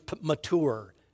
mature